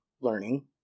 learning